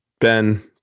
Ben